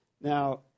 Now